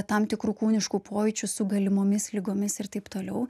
tam tikrų kūniškų pojūčių su galimomis ligomis ir taip toliau